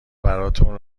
براتون